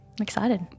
excited